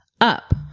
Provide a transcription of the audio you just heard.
up